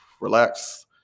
relax